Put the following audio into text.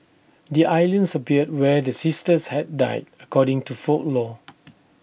the islands appeared where the sisters had died according to folklore